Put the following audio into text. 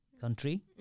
country